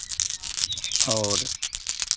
आओर